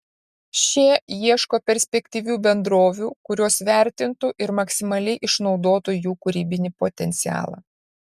šie ieško perspektyvių bendrovių kurios vertintų ir maksimaliai išnaudotų jų kūrybinį potencialą